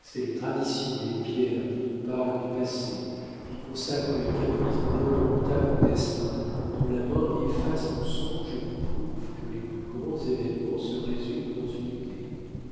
c'est les traditions et les pierres qui nous parlent du passé qui consacrent les caprices de l'indomptable destin dont la main efface nos songes et nous prouve que les plus grands événements se résument dans une idée